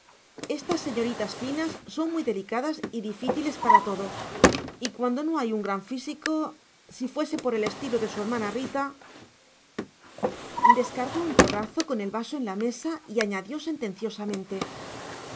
estas señoritas finas son muy delicadas y difíciles para todo y cuando no hay un gran físico si fuese por el estilo de su hermana rita descargó un porrazo con el vaso en la mesa y añadió